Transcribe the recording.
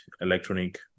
electronic